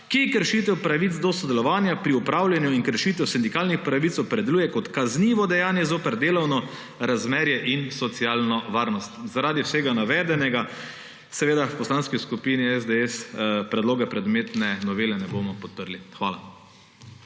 ki kršitev pravic do sodelovanja pri upravljanju in kršitev sindikalnih pravic opredeljuje kot kaznivo dejanje zoper delovno razmerje in socialno varnost. Zaradi vsega navedenega seveda v Poslanski skupini SDS predloga predmetne novele ne bomo podprli. Hvala.